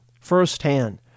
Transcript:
firsthand